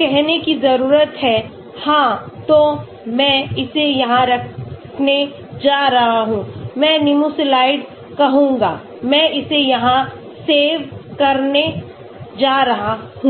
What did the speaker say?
कहने की ज़रूरत है हाँ तो मैं इसे यहाँ रखने जा रहा हूँ मैं Nimesulide कहूँगा मैं इसे यहाँसेव करने जा रहा हूं